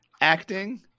acting